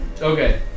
Okay